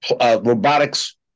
robotics